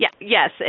Yes